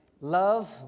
Love